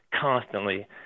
constantly